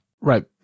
right